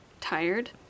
Tired